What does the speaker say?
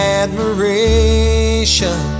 admiration